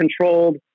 controlled